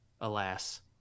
alas